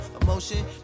emotion